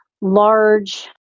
large